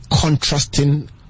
contrasting